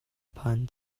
phan